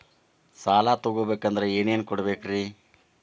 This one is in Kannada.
ಸಾಲ ತೊಗೋಬೇಕಂದ್ರ ಏನೇನ್ ಕೊಡಬೇಕ್ರಿ?